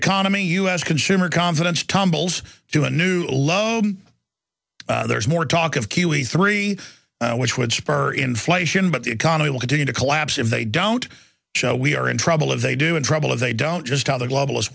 economy u s consumer confidence tumbles to a new low there's more talk of q e three which would spur inflation but the economy will continue to collapse if they don't show we are in trouble if they do in trouble if they don't just how the global